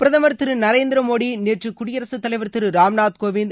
பிரதமர் திரு நரேந்திர மோடி நேற்று குடியரசுத் தலைவர் திரு ராம் நாத் கோவிந்த்